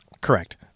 Correct